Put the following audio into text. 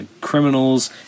criminals